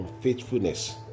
faithfulness